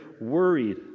worried